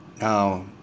Now